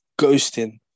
ghosting